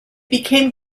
became